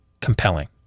compelling